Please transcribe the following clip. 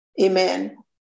Amen